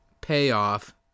payoff